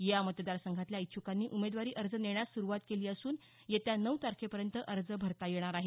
या मतदार संघातल्या इच्छ्कांनी उमेदवारी अर्ज नेण्यास सुरुवात केली असून येत्या नऊ तारखेपर्यंत अर्ज भरता येणार आहेत